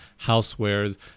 housewares